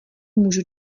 můžu